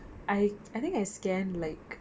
I I think I scan like